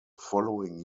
following